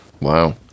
Wow